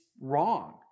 wrong